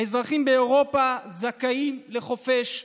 האזרחים באירופה זכאים לחופש הדת.